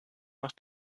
nach